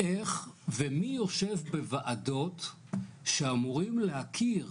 איך ומי יושב בוועדות שאמורים להכיר